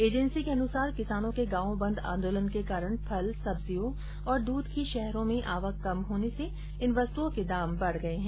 agency के अनुसार किसानों के गांव बंद आंदोलन के कारण फल सब्जियों और दूध की शहरों में आवक कम होने से इन वस्तुओं के दाम बढ़ गये है